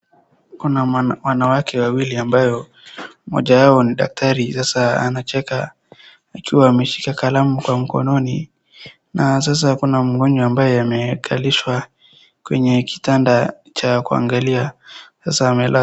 Kuna wanawake wawili ambayo mojayao ni daktari sasa anacheka akiwa anashika kalamu kwa mkononi na sasa kuna mgonjwa ambaye amekalishwa kwenye kitanda cha kuangalia sasa amelala.